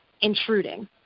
intruding